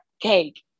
cake